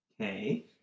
Okay